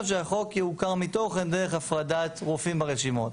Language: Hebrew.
שהחוק יעוקר מתוכן דרך הפרדת רופאים ברשימות.